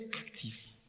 active